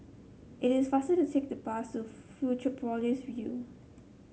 it is faster to take the bus to Fusionopolis View